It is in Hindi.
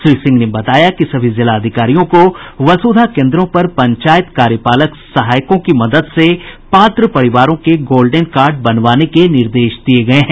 श्री सिंह ने बताया कि सभी जिलाधिकारियों को वसुधा केन्द्रों पर पंचायत कार्यपालक सहायकों की मदद से पात्र परिवारों के गोल्डेन कार्ड बनवाने के निर्देश दिये गये हैं